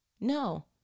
No